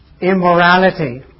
immorality